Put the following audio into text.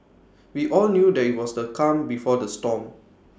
we all knew that IT was the calm before the storm